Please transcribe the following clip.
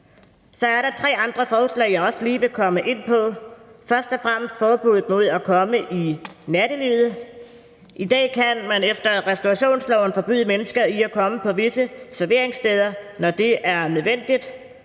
Så er der tre andre forslag, jeg også lige vil komme ind på. Først og fremmest forbuddet mod at komme i nattelivet. I dag kan man efter restaurationsloven forbyde mennesker i at komme på visse serveringssteder, når det er nødvendigt,